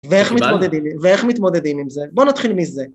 ואיך מתמודדים, ואיך מתמודדים עם זה. בוא נתחיל מזה.